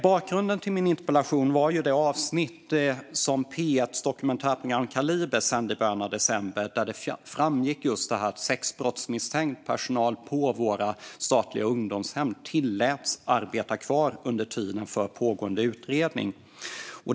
Bakgrunden till min interpellation var det avsnitt av P1:s dokumentärprogram Kaliber som sändes i början av december, där det framgick att sexbrottsmisstänkt personal på våra statliga ungdomshem tilläts att arbeta kvar under tiden för pågående utredning.